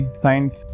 science